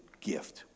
gift